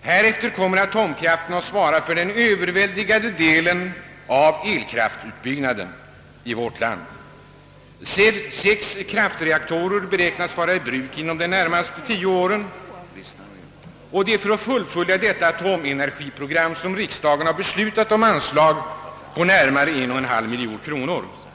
Här efter kommer atomkraften att svara för den överväldigande delen av elkraftutbyggnaden i landet. Sex kraftreaktorer beräknas vara i bruk inom de närmaste tio åren. Det är för att fullfölja detta atomenergiprogram som riksdagen beslutat om anslag på närmare en och en halv miljard kronor.